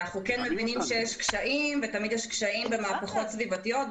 אנחנו מבינים שיש קשיים ותמיד יש קשיים במהפכות סביבתיות,